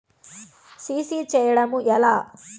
CC చేయడము ఎలా?